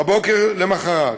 בבוקר שלמחרת,